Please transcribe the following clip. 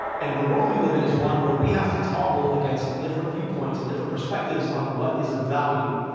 and the world we live in is one where we have to toggle against different viewpoints and different perspectives on what is a value.